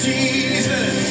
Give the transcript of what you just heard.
Jesus